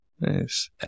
Nice